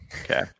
Okay